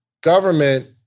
government